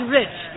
rich